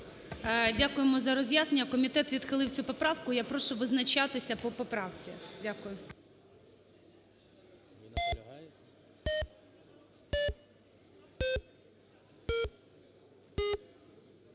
Дякуємо за роз'яснення. Комітет відхилив цю поправку. Я прошу визначатися по поправці. Дякую.